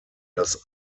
das